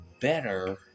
better